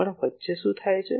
પણ વચ્ચે શું થાય છે